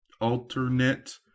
alternate